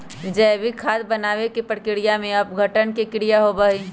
जैविक खाद बनावे के प्रक्रिया में अपघटन के क्रिया होबा हई